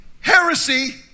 Heresy